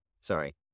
Sorry